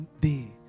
day